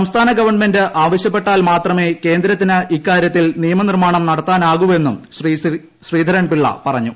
സംസ്ഥാന ഗവൺമെന്റ് ആവശ്യപ്പെട്ടാൽ മാത്രമെ കേന്ദ്രത്തിന് ഇക്കാര്യത്തിൽ നിയമനിർമാണം നടത്താനാകൂവെന്നും ശ്രീധരൻപിള്ള പറഞ്ഞു